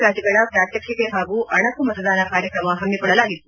ಪ್ಯಾಟ್ಗಳ ಪ್ರಾತ್ನಕ್ಷಿಕೆ ಹಾಗೂ ಅಣಕು ಮತದಾನ ಕಾರ್ಯಕ್ರಮ ಪಮ್ಮಿಕೊಳ್ಳಲಾಗಿತ್ತು